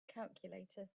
calculator